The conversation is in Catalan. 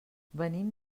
venim